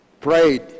prayed